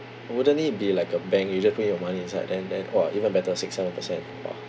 wouldn't it be like a bank you just put in your money inside then then !wah! even better six seven percent !wah!